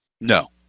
No